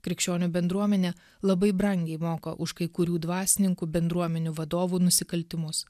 krikščionių bendruomenė labai brangiai moka už kai kurių dvasininkų bendruomenių vadovų nusikaltimus